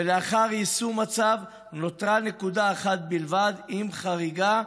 ולאחר יישום הצו נותרה נקודה אחת בלבד עם חריגה,